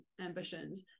ambitions